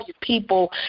people